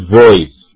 voice